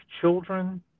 children